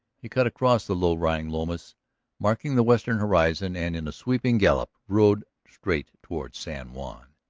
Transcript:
he cut across the low-lying lomas marking the western horizon and in a swinging gallop rode straight toward san juan.